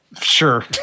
Sure